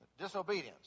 Disobedience